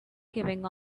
giving